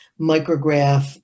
micrograph